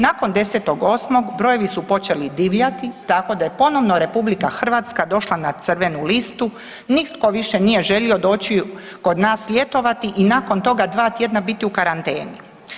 Nakon 10.8. brojevi su počeli divljati tako da je ponovno RH došla na crvenu listu, nitko više nije želio doći kod nas ljetovati i nakon toga dva tjedna biti u karanteni.